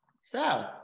South